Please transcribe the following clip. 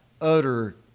utter